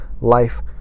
life